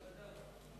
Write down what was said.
ועדה.